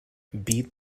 beat